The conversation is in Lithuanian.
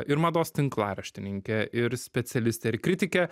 ir mados tinklaraštininkė ir specialistė ir kritikė